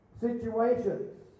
situations